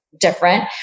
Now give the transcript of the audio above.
different